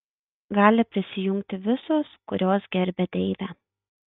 gali prisijungti visos kurios gerbia deivę